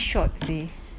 tangga I know I know